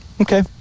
Okay